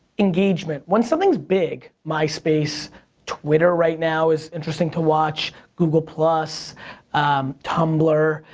engagement. when something's big, myspace, twitter right now is interesting to watch, google plus, um tumblr,